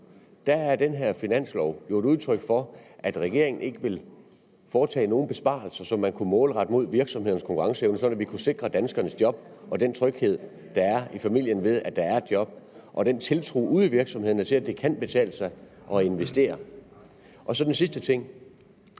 nu er den her finanslov jo et udtryk for, at regeringen ikke vil foretage nogen besparelser, som man kunne målrette mod virksomhedernes konkurrenceevne, sådan at vi kunne sikre danskernes job og den tryghed, der er i familien, ved, at der er et job, og tiltroen ude i virksomhederne til, at det kan betale sig at investere. Så den sidste ting: